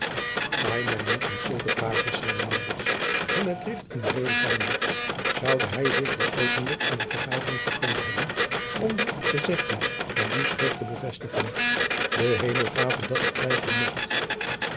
paai mij niet met zulke praatjens zeide maurits hem met drift in de rede vallende zoude hij zich dan openlijk aan die vergadering vertoond hebben om de gezegdens van dien schurk te bevestigen de hemel gave dat ik twijfelen mocht